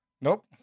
Nope